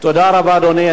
תודה רבה, אדוני.